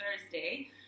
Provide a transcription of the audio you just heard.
thursday